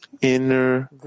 inner